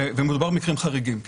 ומדובר במקרים חריגים.